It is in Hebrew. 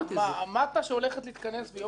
מה שהולך להתכנס ביום רביעי,